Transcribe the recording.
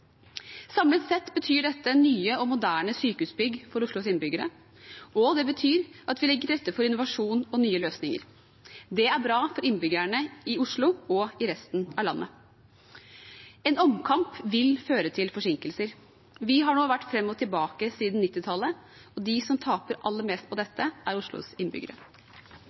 Samlet sett betyr dette nye og moderne sykehusbygg for Oslos innbyggere, og det betyr at vi legger til rette for innovasjon og nye løsninger. Det er bra for innbyggerne i Oslo og i resten av landet. En omkamp vil føre til forsinkelser. Vi har nå vært fram og tilbake siden 1990-tallet, og de som taper aller mest på dette, er Oslos innbyggere.